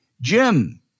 Jim